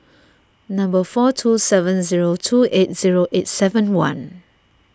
four two seven zero two eight zero eight seven one